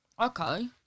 Okay